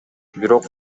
бирок